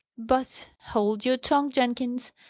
but hold your tongue, jenkins.